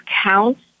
counts